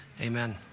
Amen